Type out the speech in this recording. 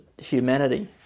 humanity